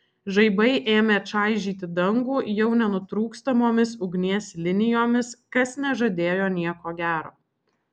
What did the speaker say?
žaibai ėmė čaižyti dangų jau nenutrūkstamomis ugnies linijomis kas nežadėjo nieko gero